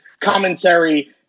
commentary